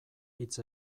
hitz